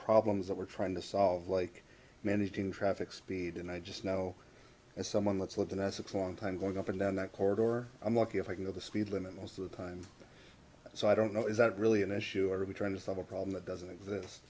problems that we're trying to solve like managing traffic speed and i just know as someone let's look at that six long time going up and down that corridor i'm lucky if i can go the speed limit most of the time so i don't know is that really an issue or are we trying to solve a problem that doesn't exist